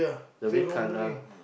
the red colour